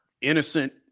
innocent